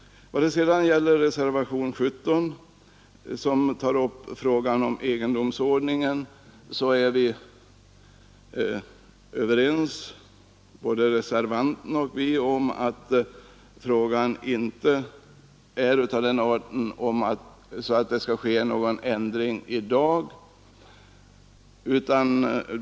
Reservationen 17 tar upp frågan om egendomsordningen. Vi är överens med reservanten om att frågan inte är av den arten att en ändring skall ske i dag.